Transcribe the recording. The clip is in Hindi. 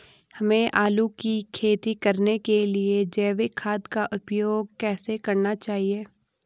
हमें आलू की खेती करने के लिए जैविक खाद का उपयोग कैसे करना चाहिए?